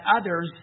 others